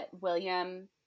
William